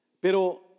Pero